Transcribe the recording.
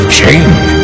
change